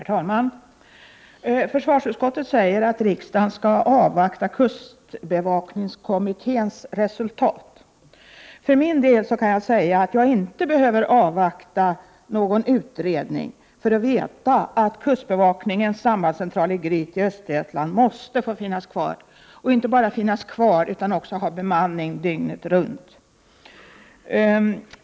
Herr talman! Försvarsutskottet säger att riksdagen skall avvakta kustbevakningskommitténs resultat. För min del kan jag säga att jag inte behöver avvakta någon utredning för att veta att kustbevakningens sambandscentral i Gryt i Östergötland måste finnas kvar och inte bara det, utan också ha bemanning dygnet runt.